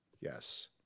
Yes